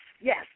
yes